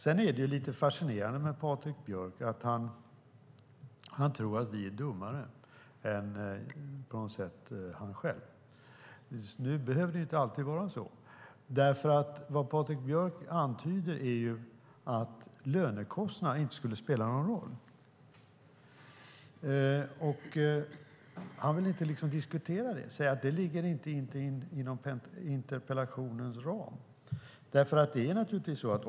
Det är lite fascinerande med Patrik Björck. Han tror på något sätt att vi är dummare än han själv. Nu behöver det inte alltid vara så. Vad Patrik Björck antyder är att lönekostnaderna inte skulle spela någon roll. Han vill inte diskutera det och säger att det inte ligger inom interpellationens ram.